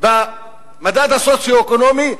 במדד הסוציו-אקונומי,